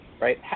right